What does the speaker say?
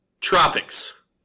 Tropics